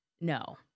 No